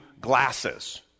glasses